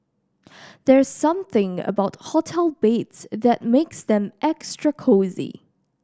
there's something about hotel beds that makes them extra cosy